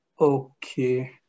Okay